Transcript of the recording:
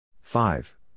five